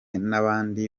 nabandi